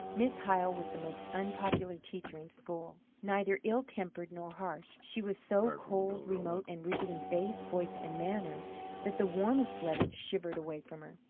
miss hyle was the most unpopular teacher in school. neither ill-tempered nor harsh, she was so cold, remote and rigid in face, voice, and manner that the warmest blooded shivered away from her,